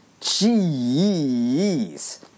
Jeez